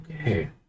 okay